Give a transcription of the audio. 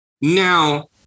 Now